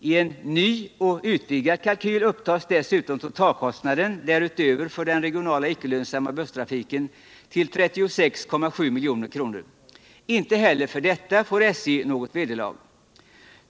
I en ny och utvidgad kalkyl upptas dessutom totalkostnaden därutöver för den regionala icke lönsamma busstrafiken till 36,7 milj.kr. Inte heller för detta får SJ något vederlag.